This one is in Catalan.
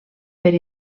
per